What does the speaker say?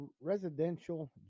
residential